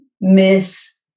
Miss